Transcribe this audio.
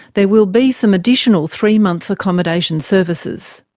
there will be some additional three-month accommodation services.